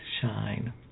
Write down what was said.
shine